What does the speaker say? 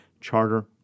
charter